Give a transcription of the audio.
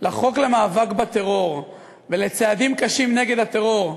לחוק למאבק בטרור ולצעדים קשים נגד הטרור,